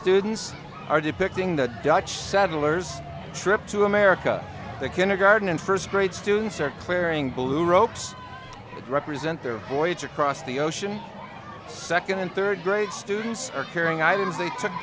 students are depicting the dutch settlers trip to america the kindergarten and first grade students are clearing blue ropes that represent their voyage across the ocean second and third grade students are carrying items they took